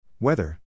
Weather